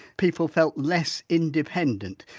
people felt less independent.